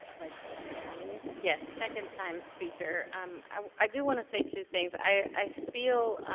vice-president malauulu? yes, second time speaker. um i do wanna say two things. i feel